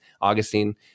Augustine